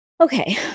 Okay